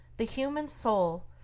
the human soul,